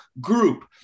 group